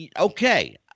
Okay